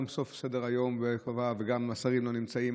הוא גם בסוף סדר-היום וגם השרים לא נמצאים.